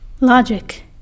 logic